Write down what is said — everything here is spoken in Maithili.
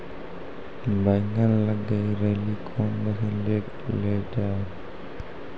बैंगन लग गई रैली कौन मसीन ले लो जाए?